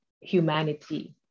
humanity